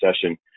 session